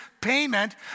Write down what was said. payment